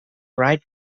right